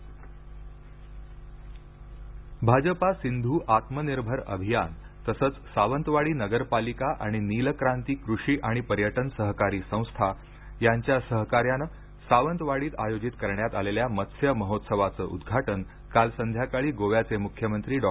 मत्स्य महोत्सव भाजपा सिंधू आत्मनिर्भर अभियान तसंच सावंतवाडी नगरपालिका आणि नीलक्रांती कृषी आणि पर्यटन सहकारी संस्था यांच्या सहकार्यानं सावंतवाडीत आयोजित करण्यात आलेल्या मत्स्य महोत्सवाचं उदघाटन काल संध्याकाळी गोव्याचे मुख्यमंत्री डॉ